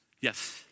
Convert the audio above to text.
Yes